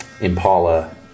Impala